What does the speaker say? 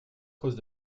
cause